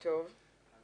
להיות תקופת צינון.